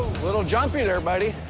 little jumpy there, buddy.